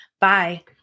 Bye